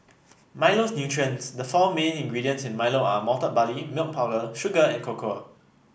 Milo's nutrients the four main ingredients in Milo are malted barley milk powder sugar and cocoa